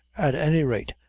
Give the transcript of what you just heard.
at any rate,